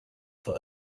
for